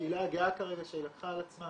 הקהילה הגאה כרגע שלקחה על עצמה